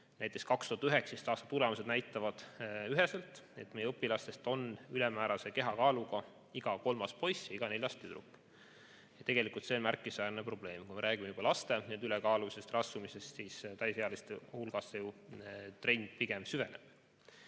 mille 2019. aasta tulemused näitavad üheselt, et meie õpilastest on ülemäärase kehakaaluga iga kolmas poiss ja iga neljas tüdruk. Tegelikult on see märkimisväärne probleem. Me räägime laste ülekaalulisusest ja rasvumisest, aga täisealiste hulgas see trend pigem süveneb.